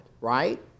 right